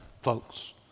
folks